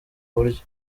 buryo